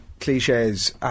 cliches